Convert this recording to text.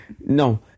No